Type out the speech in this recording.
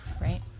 right